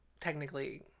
technically